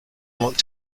looked